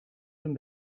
hun